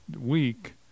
week